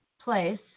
place